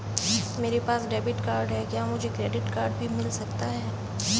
मेरे पास debit card है क्या मुझे क्रेडिट कार्ड भी मिल सकता है?